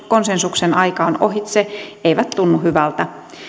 konsensuksen aika on ohitse eivät tunnu hyvältä